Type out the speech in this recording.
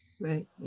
Right